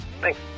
thanks